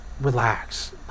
relax